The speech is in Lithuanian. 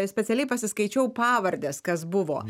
specialiai pasiskaičiau pavardes kas buvo